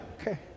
okay